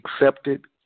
accepted